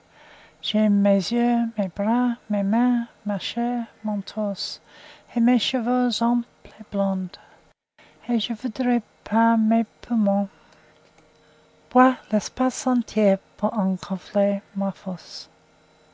j'aime mes yeux mes bras mes mains ma chair mon torse et mes cheveux amples et blonds et je voudrais par mes poumons boire l'espace entier pour en gonfler ma force